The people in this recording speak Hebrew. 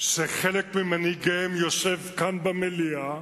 שחלק ממנהיגיהם יושבים כאן במליאה,